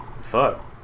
Fuck